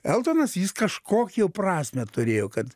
eltonas jis kažkokią prasmę turėjo kad